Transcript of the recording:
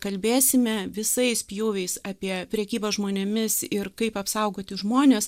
kalbėsime visais pjūviais apie prekybą žmonėmis ir kaip apsaugoti žmones